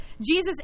Jesus